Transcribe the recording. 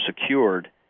secured